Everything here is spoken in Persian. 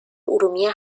ارومیه